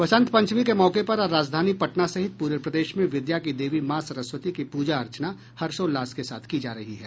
बसंत पंचमी के मौके पर आज राजधानी पटना सहित पूरे प्रदेश में विद्या की देवी मां सरस्वती की पूजा अर्चना हर्षोल्लास के साथ की जा रही है